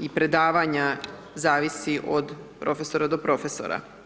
i predavanja zavisi od profesora do profesora.